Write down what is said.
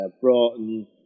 Broughton